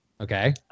Okay